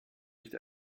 nicht